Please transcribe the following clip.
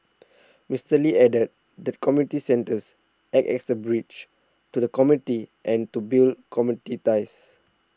Mister Lee added that community centres act as a bridge to the community and to build community ties